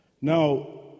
now